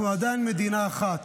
אנחנו עדיין מדינה אחת,